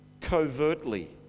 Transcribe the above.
covertly